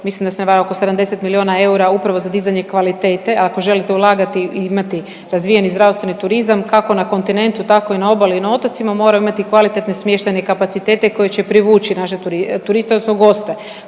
mislim da smo dali oko 70 miliona eura upravo za dizanje kvalitete, a ako želite ulagati i imati razvijeni zdravstveni turizam kako na kontinentu tako i na obali i na otocima moramo imati kvalitetne smještajne kapacitete koji će privući naše turiste odnosno goste